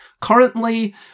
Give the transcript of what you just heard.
Currently